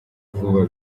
vuba